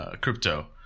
crypto